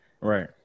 right